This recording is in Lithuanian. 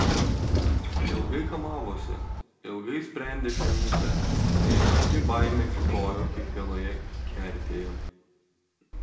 ilgai kamavosi ilgai sprendė šią mįslę neaiški baimė kiūtojo kiekvienoje kertėje